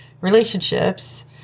relationships